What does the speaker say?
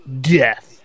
death